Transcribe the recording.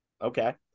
Okay